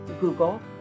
Google